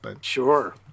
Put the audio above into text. Sure